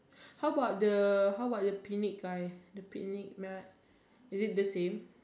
how about the how about the picnic guy the picnic mat is it the same